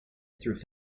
through